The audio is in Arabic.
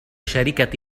شركة